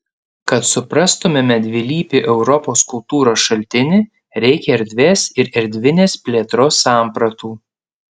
kad suprastumėme dvilypį europos kultūros šaltinį reikia erdvės ir erdvinės plėtros sampratų